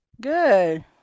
Good